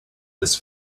this